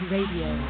Radio